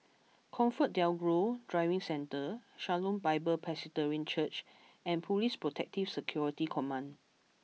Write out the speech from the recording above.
Comfort DelGro Driving Centre Shalom Bible Presbyterian Church and Police Protective Security Command